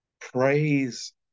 praise